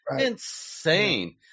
Insane